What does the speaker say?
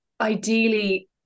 ideally